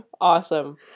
Awesome